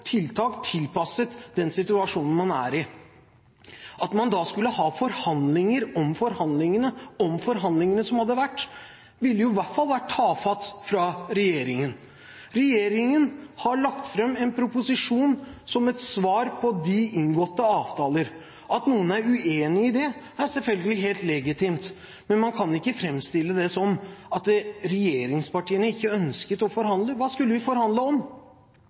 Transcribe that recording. tiltak tilpasset den situasjonen man er i. At man da skulle ha forhandlinger om forhandlingene som hadde vært, ville i hvert fall vært tafatt av regjeringen. Regjeringen har lagt fram en proposisjon som et svar på de inngåtte avtaler. At noen er uenig i det, er selvfølgelig helt legitimt, men man kan ikke framstille det som at regjeringspartiene ikke ønsket å forhandle. Hva skulle vi forhandle om?